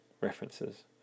references